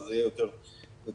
אז יהיה יותר טוב.